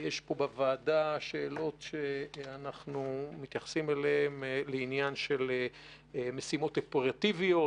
יש פה בוועדה שאלות שאנחנו מתייחסים אליהן לעניין של משימות אופרטיביות